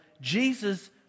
Jesus